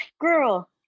girl